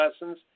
lessons